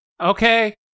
Okay